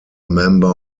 member